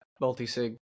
multi-sig